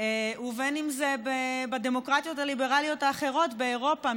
ובין שזה בדמוקרטיות הליברליות האחרות באירופה.